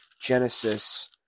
Genesis